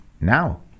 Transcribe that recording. now